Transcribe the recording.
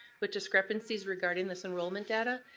with discrepancies regarding this enrollment data,